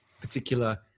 particular